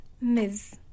Miss